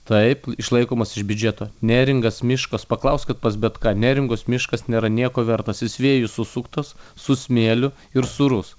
taip išlaikomas iš biudžeto neringas miškos paklauskit pas bet ką neringos miškas nėra nieko vertas jis vėjų susuktas su smėliu ir sūrus